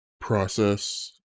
process